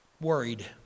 worried